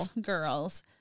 Girls